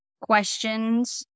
questions